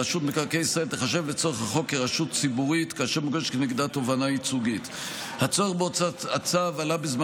מבקשת לתקן את התוספת השנייה לחוק תובענות ייצוגיות בנוגע לתובענות